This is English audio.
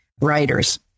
writers